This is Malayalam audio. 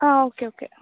ആ ഓക്കെ ഓക്കെ